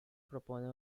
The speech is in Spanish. propone